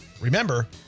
Remember